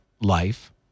life